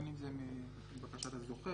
בין אם זה לבקשת הזוכה,